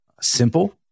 simple